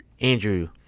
Andrew